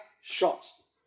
shots